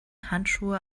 handschuhe